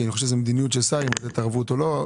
כי אני חושב שזה מדיניות של שר אם זה התערבות או לא.